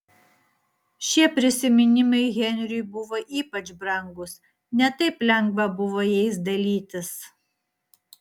šie prisiminimai henriui buvo ypač brangūs ne taip lengva buvo jais dalytis